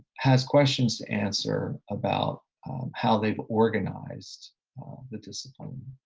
has questions to answer about how they've organized the discipline.